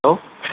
hello